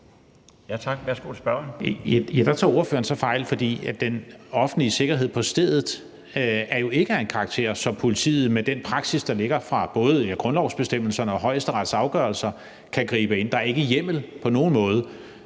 Christian Friis Bach (RV): Der tager ordføreren så fejl, for den offentlige sikkerhed på stedet er jo ikke af en karakter, så politiet med den praksis, der ligger fra både grundlovsbestemmelserne og Højesterets afgørelser, kan gribe ind. Der er ikke hjemmel på nogen måde